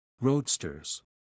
Roadsters